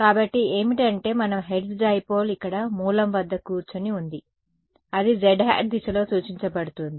కాబట్టి ఏమిటి అంటే మన హెర్ట్జ్ డైపోల్ ఇక్కడ మూలం వద్ద కూర్చొని ఉంది అది zˆ దిశలో సూచించబడుతుంది